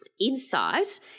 insight